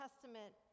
Testament